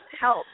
help